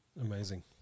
Amazing